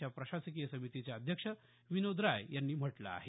च्या प्रशासकीय समितीचे अध्यक्ष विनोद राय यांनी म्हटलं आहे